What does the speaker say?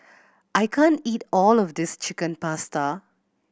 I can't eat all of this Chicken Pasta